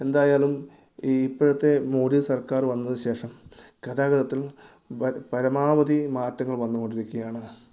എന്തായാലും ഈ ഇപ്പോഴത്തെ മോഡി സർക്കാർ വന്നതിന് ശേഷം ഗതാഗതത്തിൽ പരമാവധി മാറ്റങ്ങൾ വന്ന് കൊണ്ടിരിക്കുകയാണ്